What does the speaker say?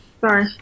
Sorry